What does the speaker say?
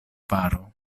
paro